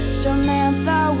Samantha